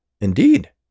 Indeed